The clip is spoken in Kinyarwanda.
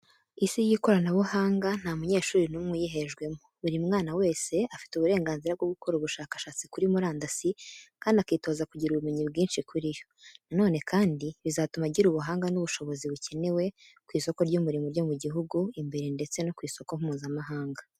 Isi y'ikoranabuhanga nta munyeshuri n'umwe uyihejwemo. Buri mwana wese afite uburenganzira bwo gukora ubushakashatsi kuri murandasi kandi akitoza kugira ubumenyi bwinshi kuri yo. Nanone kandi bizatuma agira ubuhanga n'ubushobozi bukenewe ku isoko ry'umurimo ryo mu gihugu imbere ndetse no ku isoko mpuzamahanga.